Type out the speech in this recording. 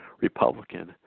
Republican